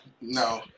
No